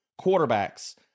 Quarterbacks